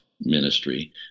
ministry